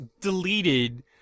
deleted